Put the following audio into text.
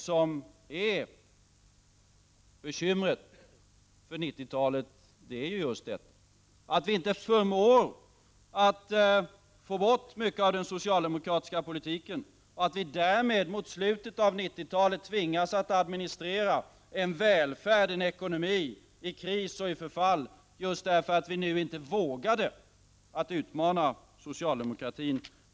Problemet inför 1990-talet är att vi inte förmår att få bort mycket av den socialdemokratiska politiken och att vi därmed mot slutet av 1990-talet tvingas administrera en välfärd och ekonomi i kris och förfall. Det beror i så fall på att vi inte vågade utmana socialdemokratin.